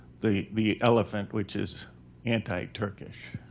the the elephant, which is anti-turkish?